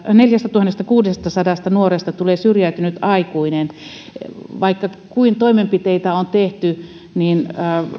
neljästätuhannestakuudestasadasta nuoresta tulee syrjäytynyt aikuinen vaikka kuinka toimenpiteitä on tehty niin